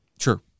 Sure